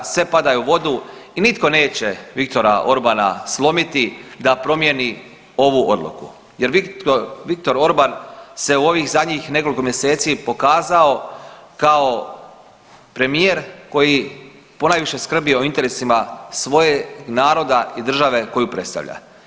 Sve padaju u vodu i nitko neće Viktora Orbana slomiti da promijeni ovu odluku jer Viktor Orban se u ovih zadnjih nekoliko mjeseci pokazao kao premijer koji ponajviše skrbi o interesima svojeg naroda i države koju predstavlja.